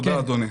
תודה, אדוני.